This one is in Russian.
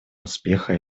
успеха